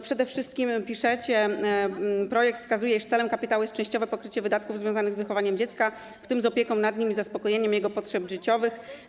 Przede wszystkim piszecie, w projekcie wskazuje się, iż celem kapitału jest częściowe pokrycie wydatków związanych z wychowaniem dziecka, w tym z opieką nad nim i zaspokojeniem jego potrzeb życiowych.